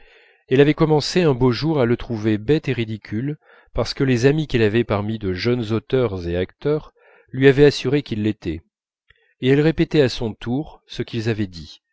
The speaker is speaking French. elle avait commencé un beau jour à le trouver bête et ridicule parce que les amis qu'elle avait parmi les jeunes auteurs et acteurs lui avaient assuré qu'il l'était et elle répétait à son tour ce qu'ils avaient dit